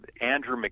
Andrew